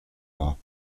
war